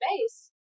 space